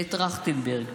לטרכטנברג,